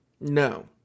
No